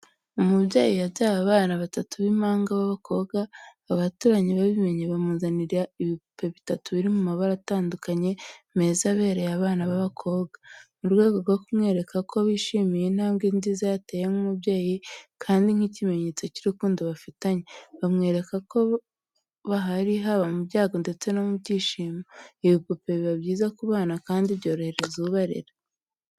Umubyeyi yabyaye abana batatu b’impanga b’abakobwa. Abaturanyi babimenye, bamuzanira ibipupe bitatu biri mu mabara atandukanye, meza abereye abana b’abakobwa, mu rwego rwo kumwereka ko bishimiye intambwe nziza yateye nk’umubyeyi kandi nk’ikimenyetso cy’urukundo bafitanye. Bamwereka ko bahari haba mu byago ndetse no mu byishimo. Ibipupe biba byiza ku bana kandi byorohereza ubarera.